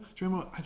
remember